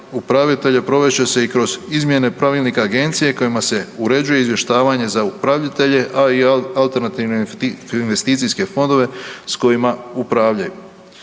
upravitelje provest će se i kroz izmjene pravilnika agencije kojima se uređuje izvještavanje za upravitelje, a i alternativne investicijske fondove s kojima upravljaju.